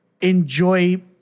enjoy